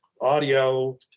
audio